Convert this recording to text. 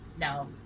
No